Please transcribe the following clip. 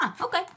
okay